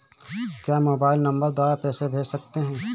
क्या हम mobile number द्वारा पैसे भेज सकते हैं?